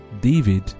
David